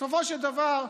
בסופו של דבר,